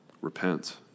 Repent